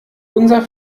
unser